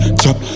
chop